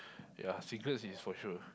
yea cigarette is for sure